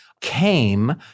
came